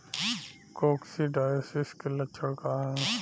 Coccidiosis के लक्षण का ह?